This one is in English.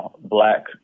black